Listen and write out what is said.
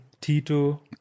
Tito